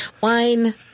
wine